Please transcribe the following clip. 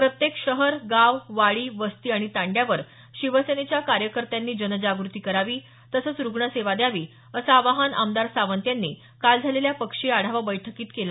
प्रत्येक शहर गाव वाडी वस्ती आणि तांड्यावर शिवसेनेच्या कार्यकतत्यांनी जनजागृती करावी तसंच रुग्ण सेवा द्यावी असं आवाहन आमदार सावंत यांनी काल झालेल्या पक्षीय आढावा बैठकीत केलं